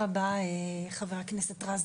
חבר הכנסת רז,